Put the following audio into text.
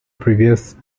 previous